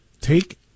Take